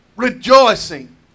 rejoicing